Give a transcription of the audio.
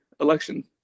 election